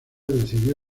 decidió